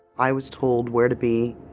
i was told where to be,